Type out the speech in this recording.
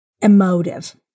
emotive